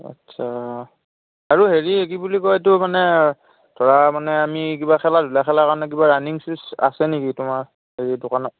আচ্ছা আৰু হেৰি কি বুলি কয় এইটো মানে ধৰা মানে আমি কিবা খেলা ধূলা খেলাৰ কাৰণে কিবা ৰাণিং শ্বুজ আছে নেকি তোমাৰ হেৰি দোকানত